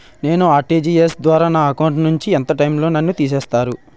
నేను ఆ.ర్టి.జి.ఎస్ ద్వారా నా అకౌంట్ నుంచి ఎంత టైం లో నన్ను తిసేస్తారు?